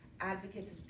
advocates